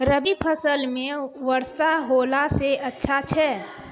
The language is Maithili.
रवी फसल म वर्षा होला से अच्छा छै?